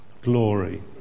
glory